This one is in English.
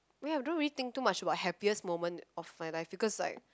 well I don't really think too much about happiest moment of my life because like